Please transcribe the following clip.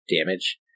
damage